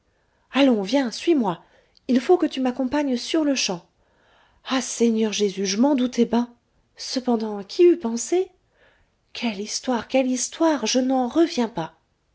allons viens suis-moi il faut que tu m'accompagnes sur-le-champ ah seigneur jésus je m'en doutais ben cependant qui eût pensé quelle histoire quelle histoire je n'en reviens pas